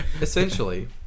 Essentially